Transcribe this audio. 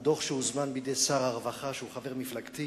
על דוח שהוזמן על-ידי שר הרווחה, שהוא חבר מפלגתי,